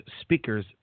speakers